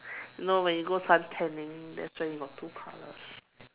you know when you go suntanning that's why you got two colors